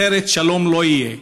אחרת, שלום לא יהיה.